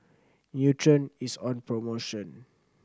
Nutren is on promotion